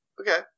Okay